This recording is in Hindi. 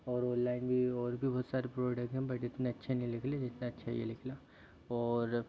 और ऑनलाइन भी और भी बहुत सारे प्रोडक्ट हैं बट इतने अच्छे नहीं निकले जितना अच्छा ये निकला और